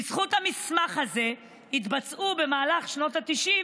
בזכות המסמך הזה התבצעו במהלך שנות התשעים